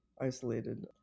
isolated